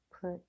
put